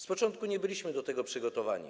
Z początku nie byliśmy do tego przygotowani.